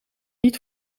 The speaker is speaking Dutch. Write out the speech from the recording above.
niet